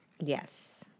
Yes